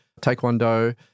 Taekwondo